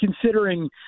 considering